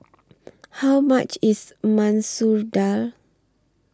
How much IS Masoor Dal